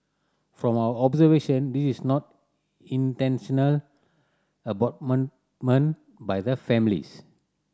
from our observation this is not intentional abandonment by the families